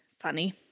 funny